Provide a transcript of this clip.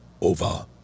over